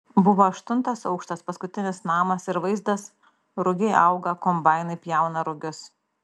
buvo aštuntas aukštas paskutinis namas ir vaizdas rugiai auga kombainai pjauna rugius